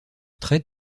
très